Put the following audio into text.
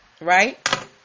right